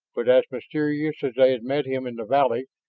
but as mysteriously as they had met him in the valley,